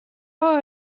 are